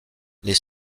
les